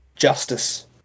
justice